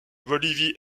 bolivie